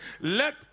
let